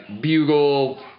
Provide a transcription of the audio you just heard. bugle